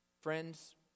Friends